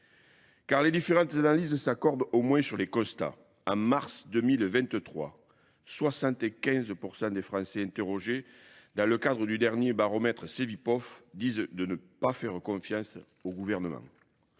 Car les différentes analyses s'accordent au moins sur les constats. En mars 2023, 75% des Français interrogés dans le cadre du dernier baromètre Sevipov disent de ne pas faire confiance au gouvernement.